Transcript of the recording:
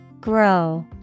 Grow